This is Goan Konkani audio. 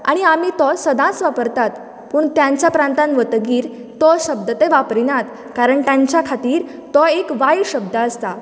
आनी आमी तो सदांच वापरतात पूण तांच्या प्रांतान वतगीर तो शब्द ते वापरिनात कारण ताच्या खातीर तो एक वायट शब्द आसता